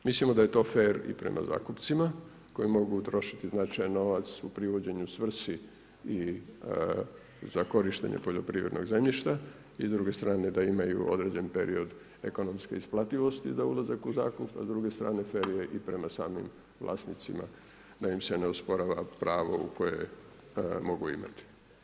Mislimo da je to fer i prema zakupcima, koji mogu trošiti značajan novac u privođenju svrsi i za korištenje poljoprivrednog zemljišta i s druge strane da imaju određen period ekonomske isplativost za ulazak u zakup, a s druge strane fer je i prema samim vlasnicima, da im se ne usporava pravo koje mogu imati.